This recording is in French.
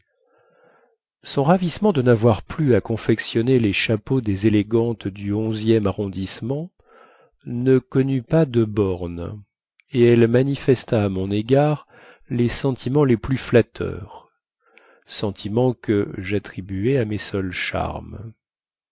son ravissement de navoir plus à confectionner les chapeaux des élégantes du xie arrondissement ne connut pas de bornes et elle manifesta à mon égard les sentiments les plus flatteurs sentiments que jattribuai à mes seuls charmes